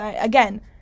again